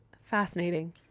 Fascinating